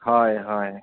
হয় হয়